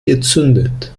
gezündet